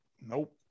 Nope